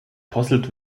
posselt